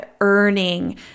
earning